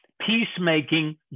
Peacemaking